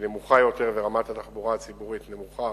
נמוכה יותר ורמת התחבורה הציבורית נמוכה